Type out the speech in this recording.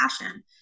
passion